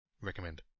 recommend